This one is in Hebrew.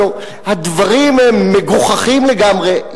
הלוא הדברים הם מגוחכים לגמרי,